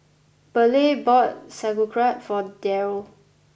Burleigh bought Sauerkraut for Darl